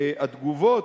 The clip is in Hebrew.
התגובות,